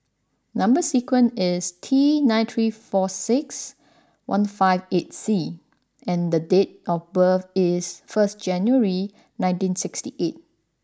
number sequence is T nine three four six one five eight C and date of birth is first January nineteen sixty eight